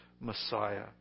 Messiah